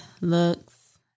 looks